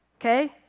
Okay